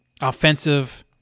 offensive